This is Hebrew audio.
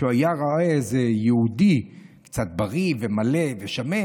כשהוא היה רואה איזה יהודי קצת בריא ומלא ושמן,